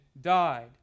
died